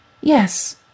Yes